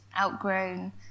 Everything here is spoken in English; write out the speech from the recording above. outgrown